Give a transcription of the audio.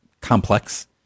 complex